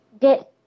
get